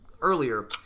earlier